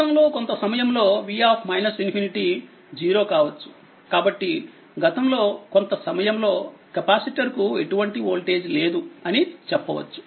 గతంలోకొంత సమయంలో v ∞ 0 కావచ్చు కాబట్టి గతంలోకొంత సమయంలో కెపాసిటర్ కు ఎటువంటి వోల్టేజ్ లేదు అని చెప్పవచ్చు